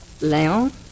Leon